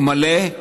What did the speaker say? או מלאה.